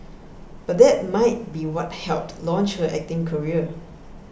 but that might be what helped launch her acting career